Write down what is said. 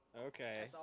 Okay